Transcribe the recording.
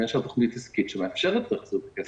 אם יש לה תוכנית עסקית שמאפשרת להחזיר את הכסף.